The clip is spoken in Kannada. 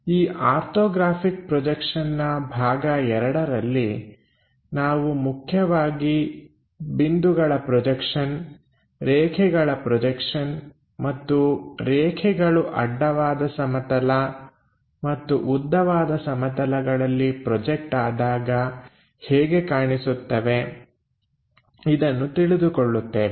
ಈ ಆರ್ಥೋಗ್ರಾಫಿಕ್ ಪ್ರೊಜೆಕ್ಷನ್ ಭಾಗ 2 ರಲ್ಲಿ ನಾವು ಮುಖ್ಯವಾಗಿ ಬಿಂದುಗಳ ಪ್ರೊಜೆಕ್ಷನ್ ರೇಖೆಗಳ ಪ್ರೊಜೆಕ್ಷನ್ ಮತ್ತು ರೇಖೆಗಳು ಅಡ್ಡವಾದ ಸಮತಲ ಮತ್ತು ಉದ್ದವಾದ ಸಮತಲಗಳಲ್ಲಿ ಪ್ರೊಜೆಕ್ಟ್ ಆದಾಗ ಹೇಗೆ ಕಾಣಿಸುತ್ತವೆ ಇದನ್ನು ತಿಳಿದುಕೊಳ್ಳುತ್ತೇವೆ